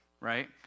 right